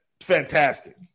fantastic